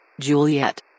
Juliet